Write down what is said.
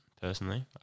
personally